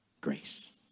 Grace